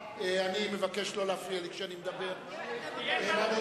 כי לא היו אנשים.